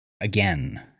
Again